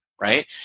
right